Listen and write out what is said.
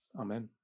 Amen